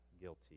guilty